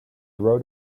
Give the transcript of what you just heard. rode